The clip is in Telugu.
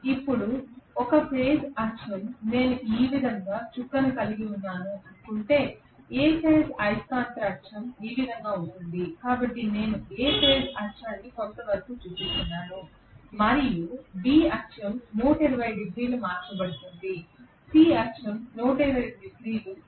ఇప్పుడు ఒక ఫేజ్ అక్షం నేను ఈ విధంగా చుక్కను కలిగి ఉన్నానని అనుకుంటే A ఫేజ్ అయస్కాంత క్షేత్ర అక్షం ఈ విధంగా ఉంటుంది కాబట్టి నేను A ఫేజ్ అక్షాన్ని కొంతవరకు చూపిస్తున్నాను మరియు B అక్షం 120 డిగ్రీలు మార్చబడుతుంది C అక్షం 120 డిగ్రీలు మరింతగా మార్చబడుతుంది